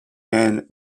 and